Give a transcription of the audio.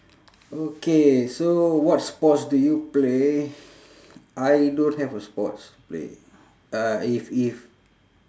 okay so what sports do you play I don't have a sports to play uh if if